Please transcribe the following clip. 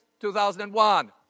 2001